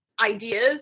ideas